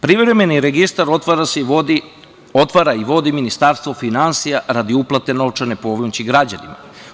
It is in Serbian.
Privremeni registar otvara i vodi Ministarstvo finansija radi uplate novčane pomoći građanima.